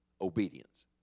Obedience